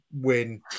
win